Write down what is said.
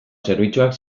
zerbitzuak